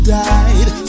died